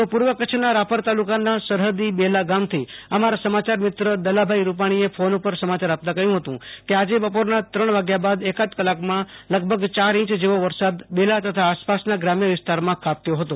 તો પુર્વ કચ્છના રાપર તાલુકાના સરહદી બેલા ગામથી અમારા સમાચાર મિત્ર દલાભાઈ રૂપાણીએ ફોન ઉપર સમાચાર આપતા કહ્યુ હતુ કે આજે બપોરના ત્રણ વાગ્યા બાદ એકાદ કલાકમાં લગભગ ચાર ઈંચ જેવો વરસાદ બેલા તથા આસપાસના ગ્રામ્ય વિસ્તારમાં ખાબક્યો હતો